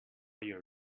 your